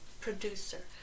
producer